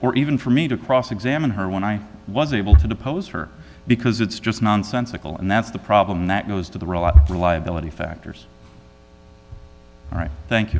or even for me to cross examine her when i was able to depose her because it's just nonsensical and that's the problem that goes to the real reliability factors all right thank you